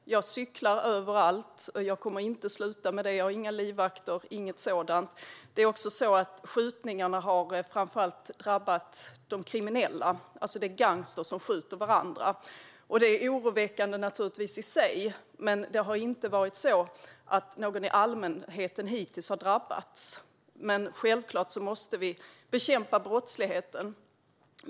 Jag cyklar överallt och kommer inte att sluta med det. Jag har inga livvakter. Skjutningarna har framför allt drabbat kriminella. Det är alltså gangstrar som skjuter varandra. Det är naturligtvis oroväckande i sig, men ingen i allmänheten har hittills drabbats. Självklart måste vi bekämpa brottsligheten.